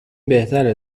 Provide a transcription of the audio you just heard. بهتره